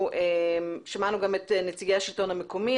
שמענו גם את נציגי השלטון המקומי,